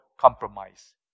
compromise